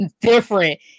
different